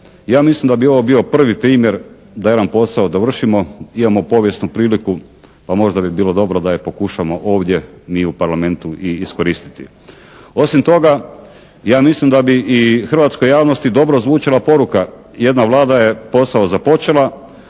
Ja mislim da bi ovo bio prvi primjer da jedan posao dovršimo. Imamo povijesnu priliku pa možda bi bilo dobro da je pokušamo ovdje, mi u Parlamentu i iskoristiti. Osim toga, ja mislim da bi i hrvatskoj javnosti dobro zvučala poruka, jedna Vlada je posao započela